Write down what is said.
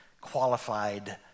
qualified